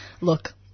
Look